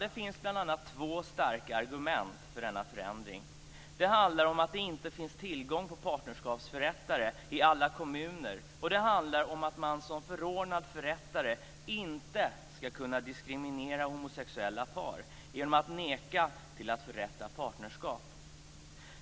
Det finns bl.a. två starka argument för denna förändring. Det handlar om att det inte finns tillgång till partnerskapsförrättare i alla kommuner, och det handlar om att man som förordnad förrättare inte ska kunna diskriminera homosexuella par genom att neka att förrätta partnerskap.